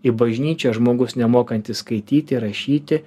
į bažnyčią žmogus nemokantis skaityti rašyti